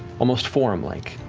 almost forum-like,